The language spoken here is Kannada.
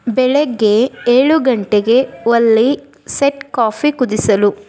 ಬೆಳಿಗ್ಗೆ ಏಳು ಗಂಟೆಗೆ ಒಲ್ಲಿ ಸೆಟ್ ಕಾಫಿ ಕುದಿಸಲು